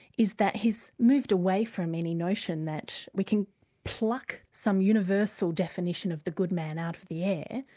is that he's moved away from any notion that we can pluck some universal definition of the good man out of the air.